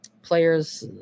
Players